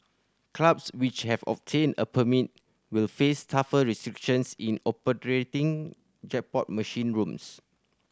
clubs which have obtained a permit will face tougher restrictions in operating jackpot machine rooms